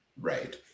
Right